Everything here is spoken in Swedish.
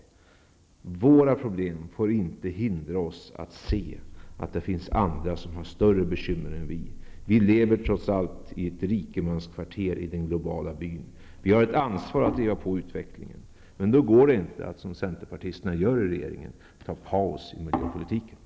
Våra problem får inte hindra oss att se att det finns andra som har större bekymmer än vi. Vi lever trots allt i ett rikemanskvarter i den globala byn. Vi har ett ansvar att driva på utvecklingen. Men då går det inte att, som centerpartisterna gör i regeringen, ta paus i miljöpolitiken.